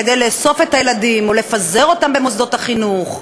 כדי לאסוף את הילדים או לפזר אותם במוסדות החינוך,